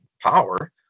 power